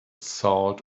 salt